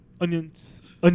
Onions